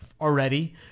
already